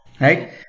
Right